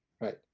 right